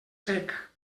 sec